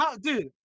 Dude